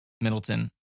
Middleton